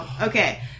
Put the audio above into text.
Okay